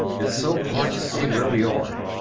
it's so hard to see where we are.